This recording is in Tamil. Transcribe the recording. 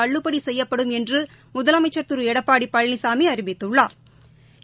தள்ளுபடிசெய்யப்படும் என்றுமுதலமைச்சள் திருளடப்பாடிபழனிசாமிஅறிவித்துள்ளாா்